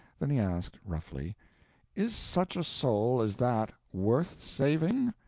then he asked, roughly is such a soul as that worth saving?